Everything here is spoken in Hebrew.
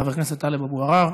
חבר הכנסת טלב אבו עראר.